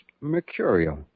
mercurial